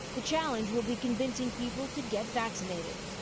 the challenge will be convincing people to get vaccinated.